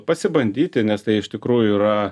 pasibandyti nes tai iš tikrųjų yra